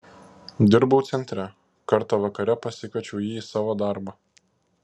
dirbau centre kartą vakare pasikviečiau jį į savo darbą